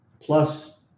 plus